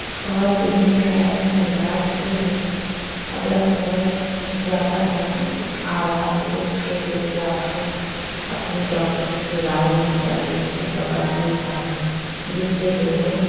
خواتین میں حیض کا علاج یہ ہے اگر حیض زیادہ ہے آ رہا ہے تو اس کے لیے آپ کو اپنے ڈاکٹر سے رائے لینی چاہیے اس سے دوا لینی چاہیے جس سے جو ہے